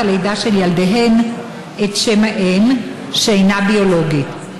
הלידה של ילדיהן את שם האם שאינה ביולוגית,